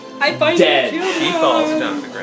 dead